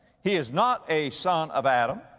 he is not a son of adam.